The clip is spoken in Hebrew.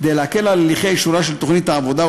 כדי להקל על הליכי אישורה של תוכנית העבודה,